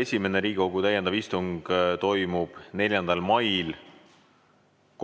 Esimene Riigikogu täiendav istung toimub 4. mail